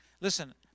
Listen